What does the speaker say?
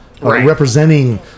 representing